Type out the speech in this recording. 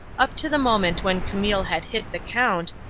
up to the moment when camille had hit the count,